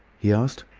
he asked.